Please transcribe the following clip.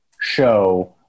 show